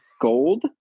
gold